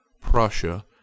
Prussia